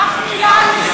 אף התנערות.